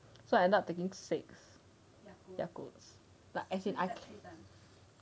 so I end up taking six yakult like as in I